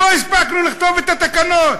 לא הספקנו לכתוב את התקנות.